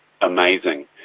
amazing